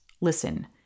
listen